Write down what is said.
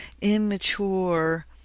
immature